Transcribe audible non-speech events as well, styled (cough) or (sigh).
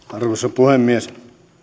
(unintelligible) arvoisa puhemies